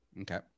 Okay